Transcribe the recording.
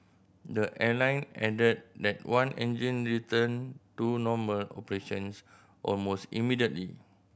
the airline added that that one engine returned to normal operations almost immediately